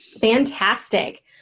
Fantastic